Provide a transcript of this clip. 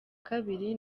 kabiri